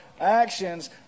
actions